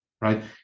right